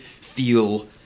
feel